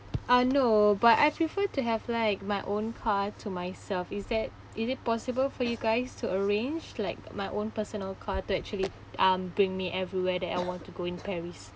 ah no but I prefer to have like my own car to myself is that is it possible for you guys to arrange like my own personal car to actually um bring me everywhere that I want to go in paris